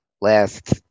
last